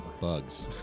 bugs